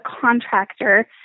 contractor